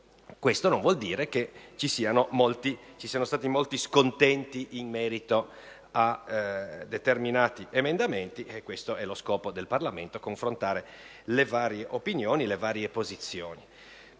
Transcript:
Questo non vuol dire che non ci siano stati molti scontenti in merito a determinati emendamenti, ma questo è lo scopo del Parlamento: confrontare le varie opinioni, le varie posizioni.